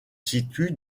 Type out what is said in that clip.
situe